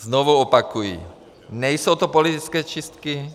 Znovu opakuji, nejsou to politické čistky.